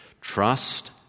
trust